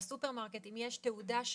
בסופרמרקטים, אם יש תעודה שמעידה,